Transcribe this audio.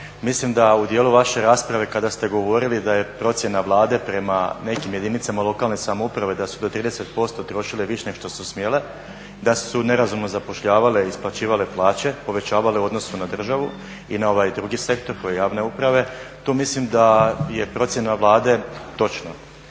mislim da u dijelu vaše rasprave kada ste govorili da je procjena Vlade prema nekim jedinicama lokalne samouprave da su do 30% trošile više nego što su smjele, da su nerazumno zapošljavale, isplaćivale plaće, povećavale u odnosu na državu i na ovaj drugi sektor javne uprave. Tu mislim da je procjena Vlade točno,